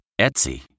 Etsy